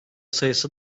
sayısı